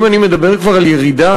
ואם אני כבר מדבר על ירידה,